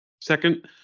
Second